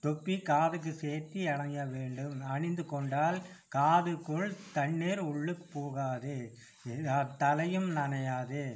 தொப்பி காதுக்கு சேத்து அணிய வேண்டும் அணிந்து கொண்டால் காதுக்குள் தண்ணீர் உள்ளே போகாது இது தலையும் நனையாது